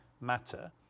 matter